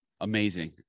amazing